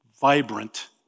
vibrant